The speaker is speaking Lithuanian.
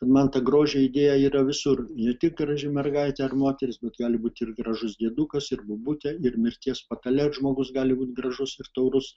man ta grožio idėja yra visur ne tik graži mergaitė ar moteris bet gali būti ir gražus diedukas ir bobutė ir mirties patale žmogus gali būt gražus ir taurus